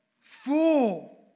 fool